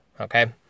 okay